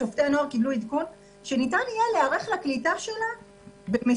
שופטי הנוער קיבלו עדכון שניתן יהיה להיערך לקליטה שלה ב"מסילה"